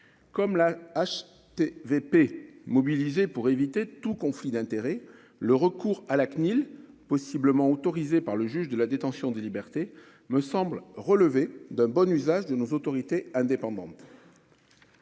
comme la hache TVP mobilisés pour éviter tout conflit d'intérêt, le recours à la CNIL, possiblement autorisée par le juge de la détention des libertés me semble relever d'un bon usage de nos autorités indépendantes.